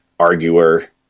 arguer